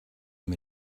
him